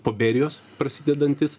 poberijos prasidedantis